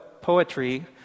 poetry